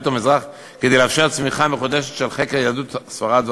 המזרח כדי לאפשר צמיחה מחודשת של חקר יהדות ספרד והמזרח.